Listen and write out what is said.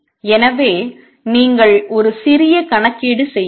எனவே நீங்கள் ஒரு சிறிய கணக்கீடு செய்யலாம்